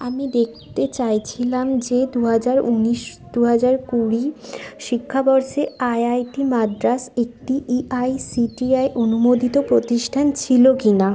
আমি দেখতে চাইছিলাম যে দু হাজার ঊনিশ দু হাজার কুড়ি শিক্ষাবর্ষে আইআইটি মাদ্রাস একটি এআইসিটিই অনুমোদিত প্রতিষ্ঠান ছিল কিনা